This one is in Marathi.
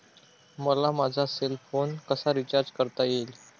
मला माझा सेल फोन कसा रिचार्ज करता येईल?